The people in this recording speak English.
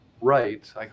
right